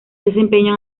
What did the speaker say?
desempeño